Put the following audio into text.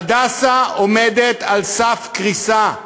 "הדסה" עומד על סף קריסה.